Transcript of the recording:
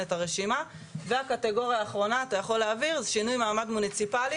והקטגוריה האחרונה זה שינוי מעמד מוניציפלי.